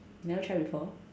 never try before